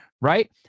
right